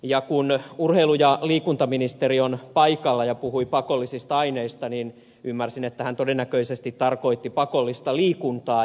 ja kun urheilu ja liikuntaministeri on paikalla ja puhui pakollisista aineista niin ymmärsin että hän todennäköisesti tarkoitti pakollista liikuntaa